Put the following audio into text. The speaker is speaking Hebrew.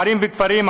ערים וכפרים,